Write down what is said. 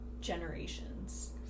generations